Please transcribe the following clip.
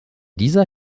dieser